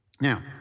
Now